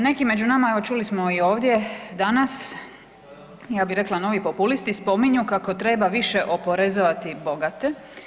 Neki među nama, evo čuli smo i ovdje danas, ja bi rekla novi populisti spominju kako treba više oporezovati bogate.